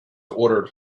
ordered